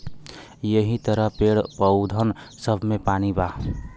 यहि तरह पेड़, पउधन सब मे पानी बा